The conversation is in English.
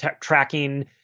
tracking